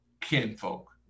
kinfolk